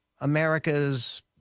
America's